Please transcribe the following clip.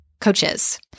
coaches